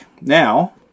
Now